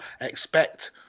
expect